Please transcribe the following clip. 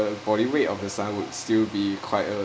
body weight of her son would still be quite a